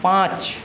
পাঁচ